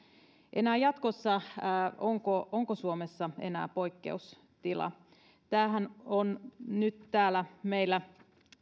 enää jatkossa onko suomessa enää poikkeustila tämähän on nyt täällä meillä